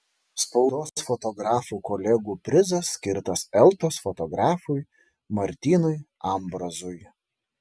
spaudos fotografų kolegų prizas skirtas eltos fotografui martynui ambrazui